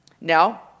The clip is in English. Now